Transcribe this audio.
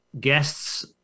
guests